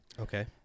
Okay